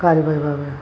गारि बायबाबो